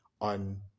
on